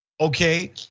Okay